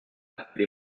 appelez